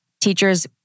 teachers